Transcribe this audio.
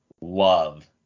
love